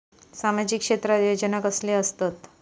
सामाजिक क्षेत्रात योजना कसले असतत?